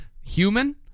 human